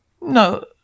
No